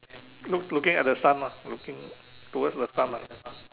look~ looking at the sun ah looking towards the sun ah